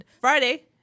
Friday